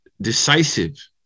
decisive